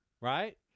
Right